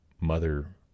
mother